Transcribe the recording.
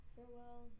Farewell